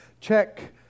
check